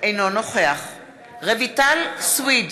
אינו נוכח רויטל סויד,